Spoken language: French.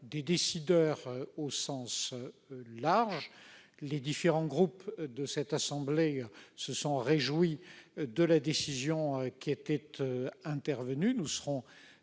des décideurs, au sens large. Les différents groupes de notre assemblée se sont réjouis de la décision intervenue